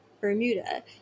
Bermuda